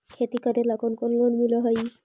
खेती करेला कौन कौन लोन मिल हइ?